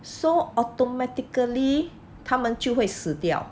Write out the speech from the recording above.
so automatically 他们就会死掉